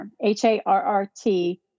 H-A-R-R-T